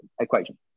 equation